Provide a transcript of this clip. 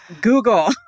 Google